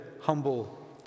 humble